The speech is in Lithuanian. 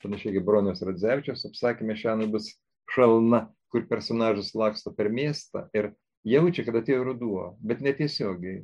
panašiai kaip broniaus radzevičiaus apsakyme šenakt bus šalna kur personažus laksto per miestą ir jaučia kad atėjo ruduo bet netiesiogiai